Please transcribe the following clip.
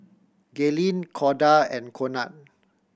Gaylene Corda and Conard